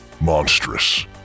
Monstrous